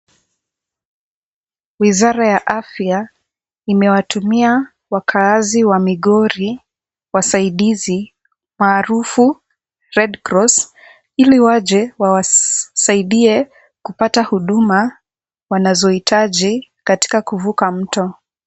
Wizara ya afya imewatumia wakaazi wa Migori wasaidizi ,maarufu Red Cross ili waje wawasaidie kupata huduma wanazohitaji katika kuvuka mto.